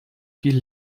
viel